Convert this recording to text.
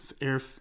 air